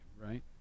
right